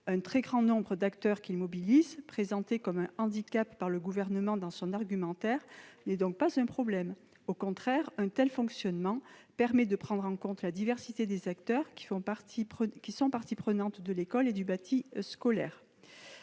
Le très grand nombre d'acteurs qu'il mobilise, présenté comme un handicap par le Gouvernement dans son argumentaire, n'est donc pas un problème. Au contraire, un tel fonctionnement permet de prendre en compte la diversité des parties prenantes. En outre, le bâti scolaire